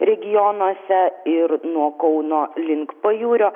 regionuose ir nuo kauno link pajūrio